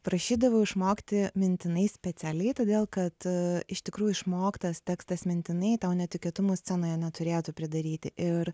prašydavau išmokti mintinai specialiai todėl kad iš tikrųjų išmoktas tekstas mintinai tau netikėtumų scenoje neturėtų pridaryti ir